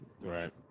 right